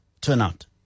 turnout